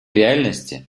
реальности